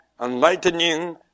enlightening